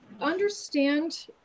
understand